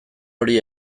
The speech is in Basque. hori